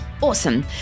Awesome